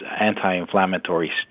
anti-inflammatory